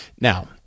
now